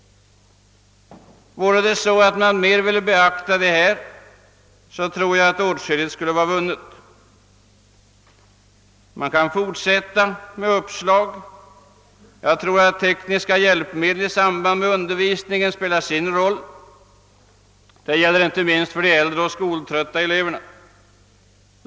Vore det så att man ville mera allmänt beakta de här förslagen skulle mycket vara vunnet. Jag kan fortsätta att ge uppslag. Jag tror att tekniska hjälpmedel i samband med undervisningen spelar sin roll. Detta gäller inte minst för de äldre och skoltrötta eleverna.